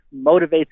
motivates